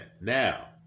now